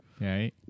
right